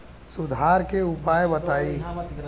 सुधार के उपाय बताई?